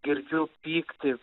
girdžiu pyktį